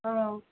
ஆ